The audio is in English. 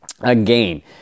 again